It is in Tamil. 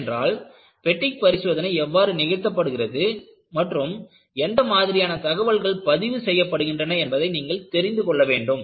ஏனென்றால் பெட்டிக் பரிசோதனை எவ்வாறு நிகழ்த்தப்படுகிறது மற்றும் எந்த மாதிரியான தகவல்கள் பதிவு செய்யப்படுகின்றன என்பதை நீங்கள் தெரிந்து கொள்ள வேண்டும்